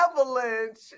avalanche